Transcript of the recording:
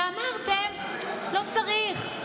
ואמרתם: לא צריך,